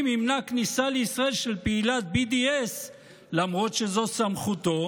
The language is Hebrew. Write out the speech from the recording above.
ימנע כניסה לישראל של פעילת BDS למרות שזו סמכותו,